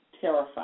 Terrifying